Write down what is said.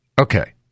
Okay